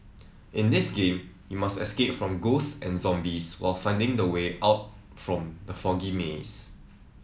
in this game you must escape from ghosts and zombies while finding the way out from the foggy maze